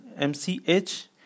mch